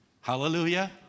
hallelujah